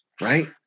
Right